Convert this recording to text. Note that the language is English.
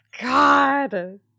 God